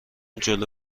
جلو